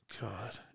God